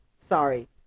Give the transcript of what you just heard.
sorry